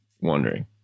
wondering